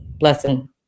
lesson